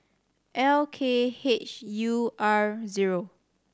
L K H U R zero